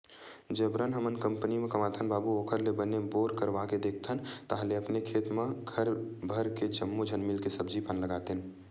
जबरन हमन कंपनी म कमाथन बाबू ओखर ले बने बोर करवाके देखथन ताहले अपने खेत म घर भर के जम्मो झन मिलके सब्जी पान लगातेन